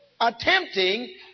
attempting